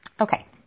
Okay